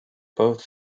both